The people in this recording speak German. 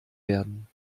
werden